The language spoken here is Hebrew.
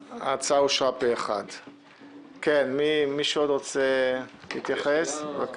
ההצעה להקים ועדה משותפת זמנית של ועדת